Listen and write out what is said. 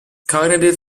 cognitive